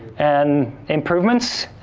and improvements,